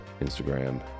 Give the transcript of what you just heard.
instagram